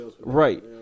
Right